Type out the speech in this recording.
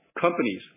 companies